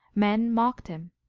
men mocked him.